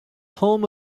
home